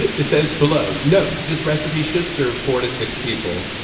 it says below, note. this recipe should serve four to six people.